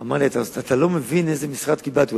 אמר לי: אתה לא מבין איזה משרד קיבלתי,